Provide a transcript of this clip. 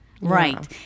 Right